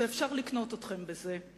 שאפשר לקנות אתכם בזה.